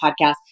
podcast